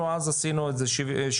אנחנו אז עשינו את זה 75,